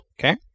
okay